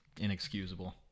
Inexcusable